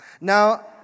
Now